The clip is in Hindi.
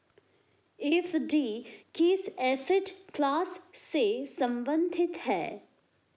एफ.डी किस एसेट क्लास से संबंधित है?